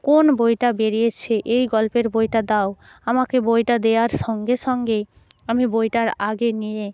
কোন বইটা বেরিয়েছে এই গল্পের বইটা দাও আমাকে বইটা দেওয়ার সঙ্গে সঙ্গেই আমি বইটার আগে নিয়ে